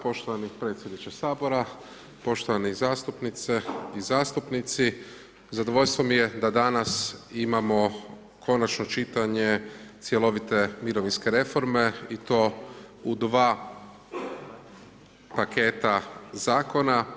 Poštovani predsjedniče Sabora, poštovane zastupnice i zastupnici, zadovoljstvo mi je da danas imamo konačno čitanje cjelovite mirovinske reforme i to u dva paketa Zakona.